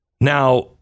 Now